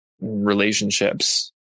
relationships